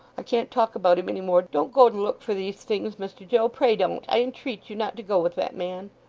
i can't talk about him any more. don't go to look for these things, mr joe, pray don't. i entreat you not to go with that man